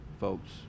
folks